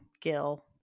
Gil